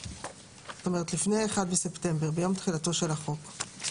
כלומר לפני 1 בספטמבר, ביום תחילתו של החוק.